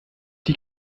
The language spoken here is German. die